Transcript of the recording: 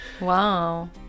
Wow